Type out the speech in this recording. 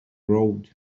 road